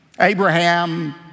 Abraham